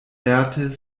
lerte